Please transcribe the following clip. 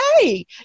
hey